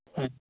ᱦᱮᱸ